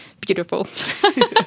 beautiful